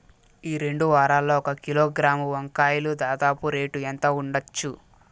ఈ రెండు వారాల్లో ఒక కిలోగ్రాము వంకాయలు దాదాపు రేటు ఎంత ఉండచ్చు?